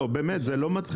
לא, באמת, זה לא מצחיק.